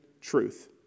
truth